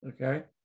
Okay